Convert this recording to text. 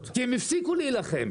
כי הם הפסיקו להילחם.